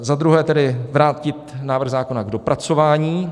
Za druhé vrátit návrh zákona k dopracování.